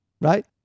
right